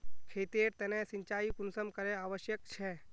खेतेर तने सिंचाई कुंसम करे आवश्यक छै?